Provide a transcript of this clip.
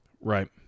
Right